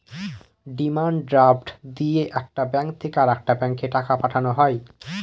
demand draft দিয়ে একটা bank থেকে আরেকটা ব্যাঙ্কে টাকা পাঠানো হয়